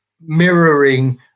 mirroring